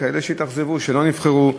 כאלה שהתאכזבו שלא נבחרו.